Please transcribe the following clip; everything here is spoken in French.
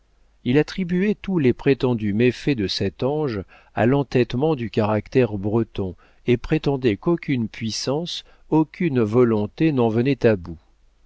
il attribuait tous les prétendus méfaits de cette ange à l'entêtement du caractère breton et prétendait qu'aucune puissance aucune volonté n'en venait à bout